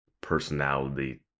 personality